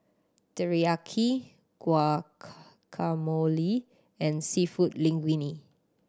Teriyaki and Seafood Linguine